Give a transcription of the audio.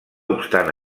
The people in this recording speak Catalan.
obstant